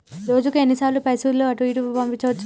రోజుకు ఎన్ని సార్లు పైసలు అటూ ఇటూ పంపించుకోవచ్చు?